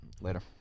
Later